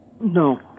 No